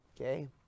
Okay